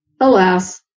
Alas